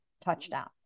touchdown